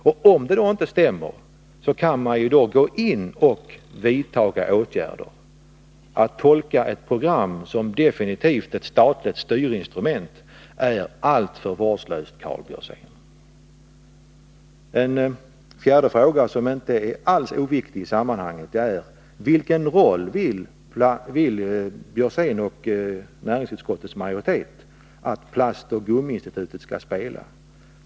Och om utvecklingen då inte stämmer med programmet, kan man vidta åtgärder. Men att säga att man tolkar ett program som ett definitivt statligt styrinstrument är alltför vårdslöst tal, Karl Björzén. En fjärde fråga — som inte alls är oviktig i sammanhanget — är: Vilken roll vill Karl Björzén och näringsutskottets majoritet att Plastoch gummitekniskainstitutet skall spela?